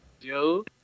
Yo